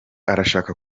arashaka